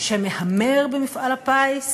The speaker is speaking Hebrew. שמהמר במפעל הפיס,